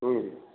हुँ